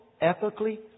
ethically